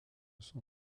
son